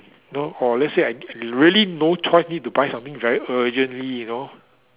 know or let's say I really no choice need to buy something very urgently you know